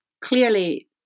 clearly